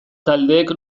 taldeek